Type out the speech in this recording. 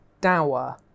dower